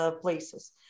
places